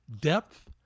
Depth